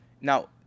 now